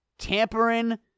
tampering